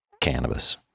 cannabis